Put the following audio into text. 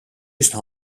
üsna